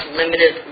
limited